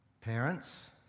Parents